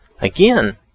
Again